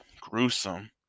gruesome